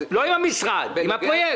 לא עם המשרד אלא עם הפרויקט.